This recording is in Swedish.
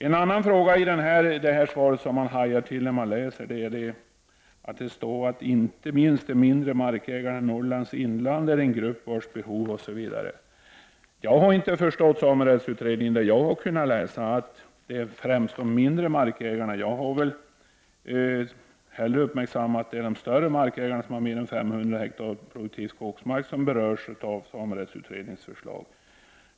En annan mening i svaret som man hajar till inför är denna: ”Inte minst de mindre markägarna i Norrlands inland är en grupp värs behov vi måste ta hänsyn till när vi nu överväger hur regeringens förslag skall utformas.” Jag har inte förstått av samerättsutredningen att det främst handlar om de mindre markägarna. Jag har snarare uppfattat det som att det är de större markägarna — sådana som har mer än 500 hektar produktiv skogsmark — som berörs av samerättsutredningens förslag.